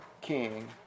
king